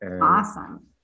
Awesome